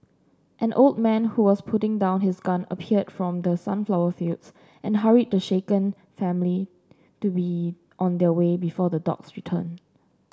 an old man who was putting down his gun appeared from the sunflower fields and hurried the shaken family to be on their way before the dogs return